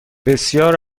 بسیار